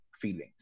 feelings